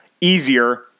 easier